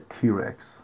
T-Rex